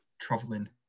traveling